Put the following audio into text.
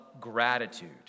gratitude